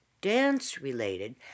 dance-related